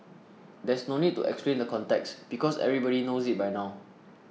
there's no need to explain the context because everybody knows it by now